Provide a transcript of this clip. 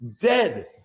dead